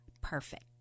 perfect